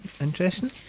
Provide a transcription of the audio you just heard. interesting